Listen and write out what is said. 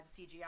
CGI